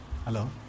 Hello